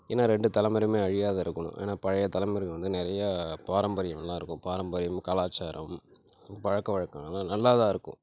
ஏன்னா ரெண்டு தலைமுறையுமே அழியாத இருக்கணும் ஏன்னா பழைய தலைமுறை வந்து நிறையா பாரம்பரியம்லாம் இருக்கும் பாரம்பரியமும் கலாச்சாரம் பழக்கவழக்கங்கள்லாம் நல்லாதான் இருக்கும்